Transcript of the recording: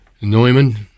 Neumann